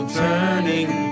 turning